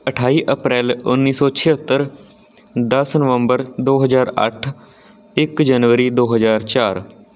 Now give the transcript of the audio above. ਅਠਾਈ ਅਪ੍ਰੈਲ ਉੱਨੀ ਸੌ ਛਿਹੱਤਰ ਦਸ ਨਵੰਬਰ ਦੋ ਹਜ਼ਾਰ ਅੱਠ ਇੱਕ ਜਨਵਰੀ ਦੋ ਹਜ਼ਾਰ ਚਾਰ